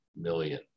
million